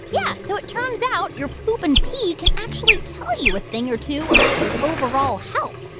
yeah. so it turns out your poop and pee can actually tell you a thing or two about your overall health,